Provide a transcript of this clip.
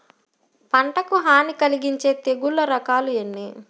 పంటకు హాని కలిగించే తెగుళ్ళ రకాలు ఎన్ని?